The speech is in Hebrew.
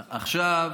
עכשיו.